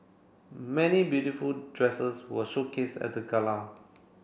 many beautiful dresses were showcased at the gala